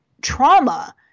trauma